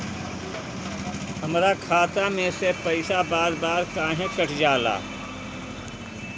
हमरा खाता में से पइसा बार बार काहे कट जाला?